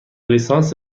لیسانس